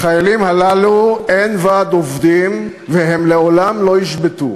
לחיילים הללו אין ועד עובדים והם לעולם לא ישבתו,